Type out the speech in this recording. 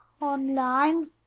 online